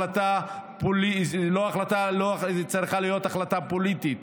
שלא צריכה להיות החלטה פוליטית,